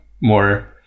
more